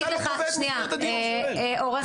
גיא